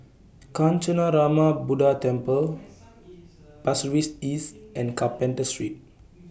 Kancanarama Buddha Temple Pasir Ris East and Carpenter Street